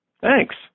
Thanks